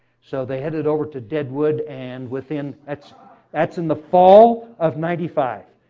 so they headed over to deadwood, and within that's that's in the fall of ninety five.